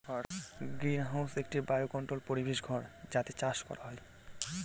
greenhouse একটি জলবায়ু controlled পরিবেশ ঘর যাতে চাষ করা হয়